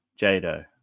Jado